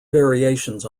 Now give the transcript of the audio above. variations